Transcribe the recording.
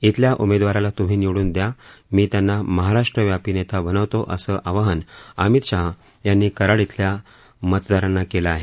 इथल्या उमेदवाराला तुम्ही निवडून द्या मी त्यांना महाराष्ट्रव्यापी नेता बनवतो असं आवाहन अमित शाह यांनी कराड इथल्या मतदारांना केलं आहे